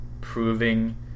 proving